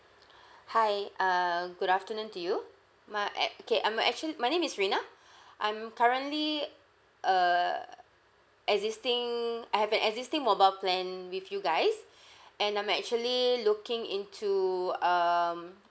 hi err good afternoon to you my at okay I'm a actually my name is rina I'm currently a existing I have an existing mobile plan with you guys and I'm actually looking into um